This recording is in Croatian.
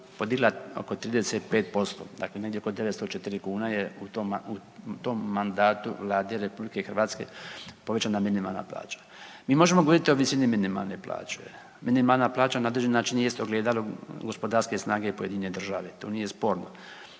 podigla oko 35%. Dakle, negdje oko 904 kune je u tom mandatu Vlade RH, povećana minimalna plaća. Mi možemo govoriti o visini minimalne plaće, minimalna plaća na određeni način je isto ogledalo gospodarske snage pojedine države, to nije sporno.